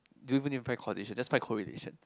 don't even need to find causation just find correlation